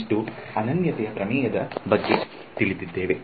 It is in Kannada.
ಇದಿಷ್ಟು ಅನನ್ಯತೆಯ ಪ್ರಮೇಯದ ಬಗ್ಗೆ ತಿಳಿದೆವು